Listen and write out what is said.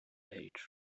edge